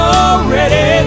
already